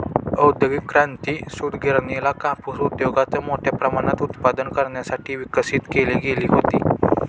औद्योगिक क्रांती, सूतगिरणीला कापूस उद्योगात मोठ्या प्रमाणात उत्पादन करण्यासाठी विकसित केली गेली होती